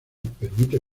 permite